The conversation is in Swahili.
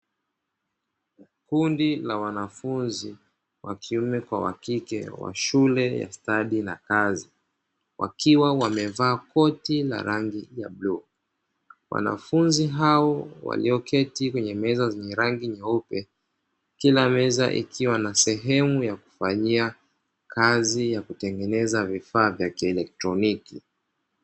Kundi la wanafunzi wa kiume kwa wa kike wa shule ya stadi za kazi wakiwa wamevaa koti la rangi ya bluu wanafunzi hao walioketi kwenye meza ya rangi nyeupe kila meza ikiwa na sehemu yakutengeneza vifaa vya kieletronic.